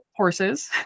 horses